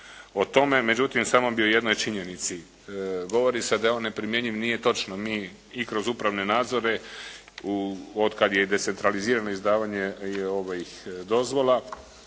o tome, međutim samo bi o jednoj činjenici. Govori se da je on neprimjenjiv. Nije točno. Mi i kroz upravne nadzore od kada je decentralizirano izdavanje dozvola